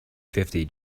fifty